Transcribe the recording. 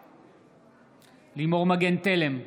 בעד לימור מגן תלם,